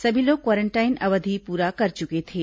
सभी लोग क्वारेंटाइन अवधि पूरा कर चुके थे